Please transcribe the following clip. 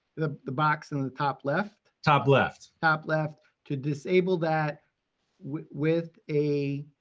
the the box in the top left? top left. top left, to disable that with a.